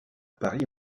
paris